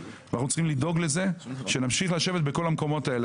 אנחנו צריכים לדאוג לזה שנמשיך לשבת בכל המקומות האלה,